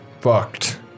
fucked